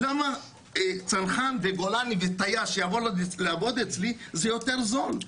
למה צנחן וגולני וטייס שיבוא לעבוד אצלי זה יותר זול?